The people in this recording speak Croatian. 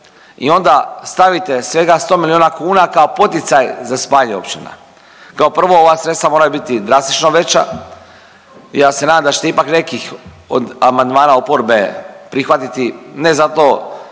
i onda stavite svega 100 milijuna kuna kao poticaj za spajanje općina. Kao prvo, ova sredstva moraju biti drastično veća, ja se nadam da ćete ipak nekih od amandmana oporbe prihvatiti, ne zato